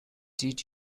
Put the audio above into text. did